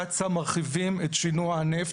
קצא"א מרחיבים את שינוע הנפט,